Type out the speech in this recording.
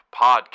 Podcast